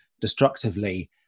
destructively